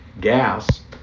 gas